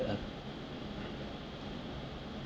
uh